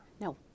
No